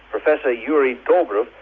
professor uri globrun,